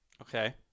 Okay